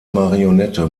marionette